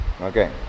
Okay